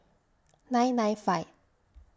nine nine five